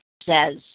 Says